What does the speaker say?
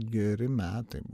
geri metai